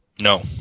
No